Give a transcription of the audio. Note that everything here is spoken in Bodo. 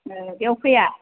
बेयाव फैया